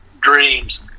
dreams